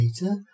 later